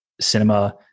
cinema